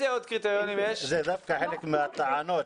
זה דווקא חלק מהטענות,